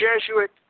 Jesuit